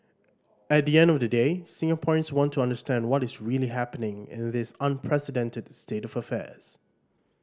at the end of the day Singaporeans want to understand what is really happening in this unprecedented state of affairs